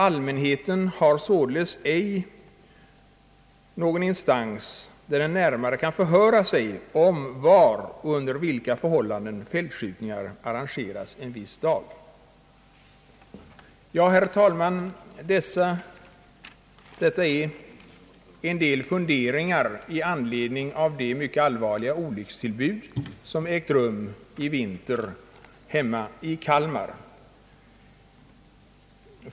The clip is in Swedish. Allmänheten har således tyvärr ej någon instans hos vilken den närmare kan förhöra sig om var och under vilka förhållanden fältskjutning arrangeras en viss dag. Herr talman! Detta är en del funderingar i anledning av de mycket all varliga olyckstillbud som under vintern inträffat hemma i Kalmar.